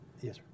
yes